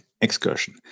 excursion